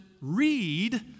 read